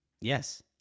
yes